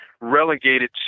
relegated